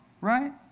right